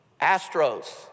Astros